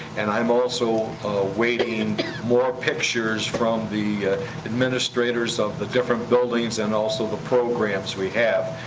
and i'm also awaiting more pictures from the administrators of the different buildings and also the programs we have.